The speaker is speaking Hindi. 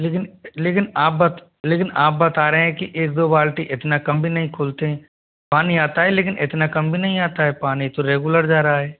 लेकिन लेकिन आप लेकिन आप बता रहे हैं कि एक दो बाल्टी इतना कम भी नहीं खोलते है पानी आता है लेकिन इतना कम भी नहीं आता है पानी तो रेगुलर जा रहा है